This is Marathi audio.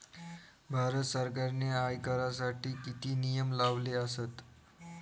भारत सरकारने आयकरासाठी किती नियम लावले आसत?